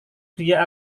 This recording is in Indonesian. dia